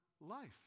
life